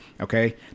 Okay